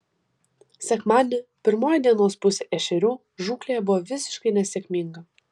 sekmadienį pirmoji dienos pusė ešerių žūklėje buvo visiškai nesėkminga